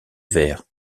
vert